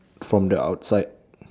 from the outside